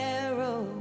arrow